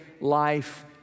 life